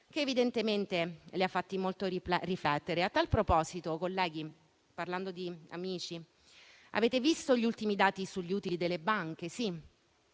ed evidentemente li ha fatti molto riflettere. A tal proposito, colleghi, parlando di amici, avete visto gli ultimi dati sugli utili delle banche?